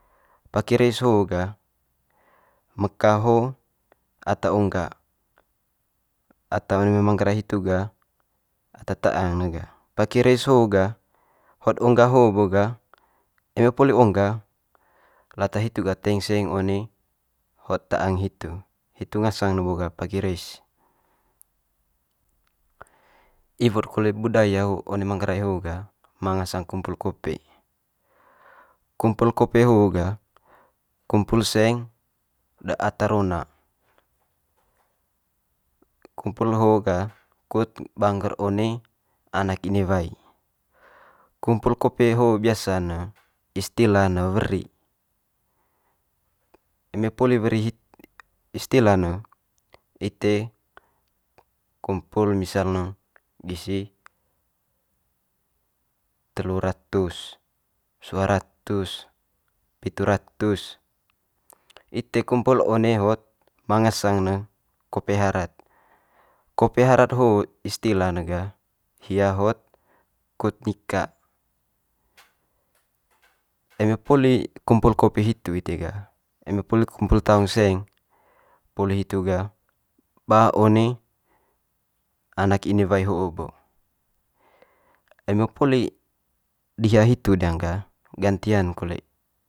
Paki reis ho ga meka ho ata ongga, ata one mai manggarai hitu ga ata ta'ang ne ga. Pake reis ho ga, hot ongga ho bo ga eme poli ongga lata hitu ga teing seng one hot ta'ang hitu, hitu ngasang ne bo ga pake reis. Iwo'd kole budaya ho one manggarai ho ga ma ngasang kumpul kope. Kumpul kope ho ga kumpul seng de ata rona kumpul ho ga kut ba ngger one anak inewai. Kumpul kope ho biasa ne istila ne weri, eme poli weri istila ne ite kumpul misal ne gisi telu ratus, sua ratus, pitu ratus. Ite kumpul one ma ngasang ne kope harat, kope harat ho istila ne ga hia hot kut nika. Eme poli kumpul kope hitu ite ga eme poli kumpul taung seng, poli hitu ga ba one anak inewai ho'o bo. Eme poli diha hitu diang ga, gantian kole.